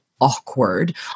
awkward